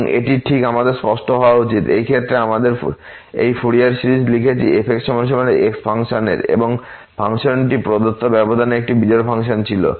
এবং এটি ঠিক আমাদের স্পষ্ট হওয়া উচিত এই ক্ষেত্রে আমরা এইফুরিয়ার সিরিজ লিখেছি fx x ফাংশনের এবং ফাংশনটি প্রদত্ত ব্যবধানে একটি বিজোড় ফাংশন ছিল